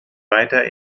weiter